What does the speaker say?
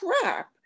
crap